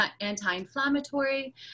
anti-inflammatory